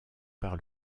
par